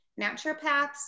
naturopaths